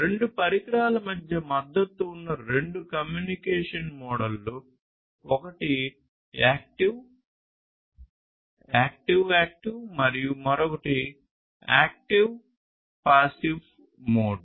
రెండు పరికరాల మధ్య మద్దతు ఉన్న రెండు కమ్యూనికేషన్ మోడ్లు ఒకటి యాక్టివ్ యాక్టివ్ మరియు మరొకటి యాక్టివ్పాసివ్ మోడ్